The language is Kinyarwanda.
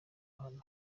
ahantu